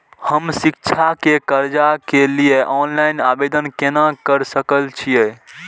हम शिक्षा के कर्जा के लिय ऑनलाइन आवेदन केना कर सकल छियै?